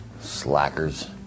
Slackers